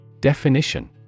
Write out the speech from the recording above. Definition